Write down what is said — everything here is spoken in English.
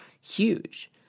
huge